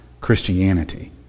Christianity